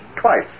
twice